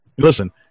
Listen